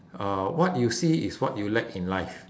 uh what you see is what you lack in life